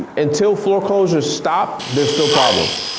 until foreclosures stop, there's still problems.